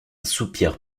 soupir